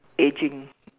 ageing